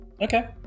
Okay